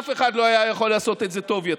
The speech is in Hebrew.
אף אחד לא היה יכול לעשות את זה טוב יותר.